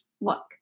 look